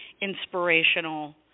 inspirational